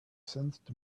sensed